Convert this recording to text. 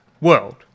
world